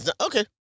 Okay